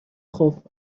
خوب